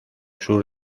sur